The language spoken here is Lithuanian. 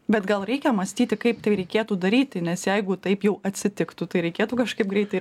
bet gal reikia mąstyti kaip tai reikėtų daryti nes jeigu taip jau atsitiktų tai reikėtų kažkaip greitai